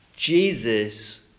Jesus